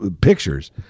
pictures